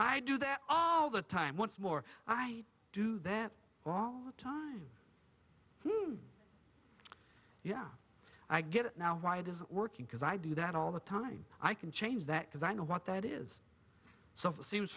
i do that all the time once more i do that all the time yeah i get it now why it isn't working because i do that all the time i can change that because i know what that is so seems